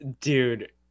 dude